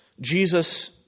Jesus